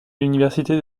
l’université